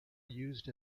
used